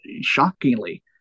shockingly